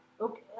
Okay